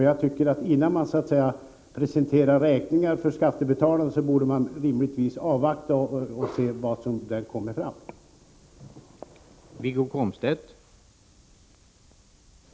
Jag tycker att man, innan man så att säga presenterar räkningar för skattebetalarna, rimligtvis borde avvakta dessa överläggningar och se vad som kommer fram av dem.